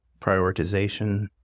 prioritization